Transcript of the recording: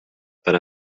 per